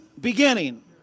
beginning